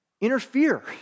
interfere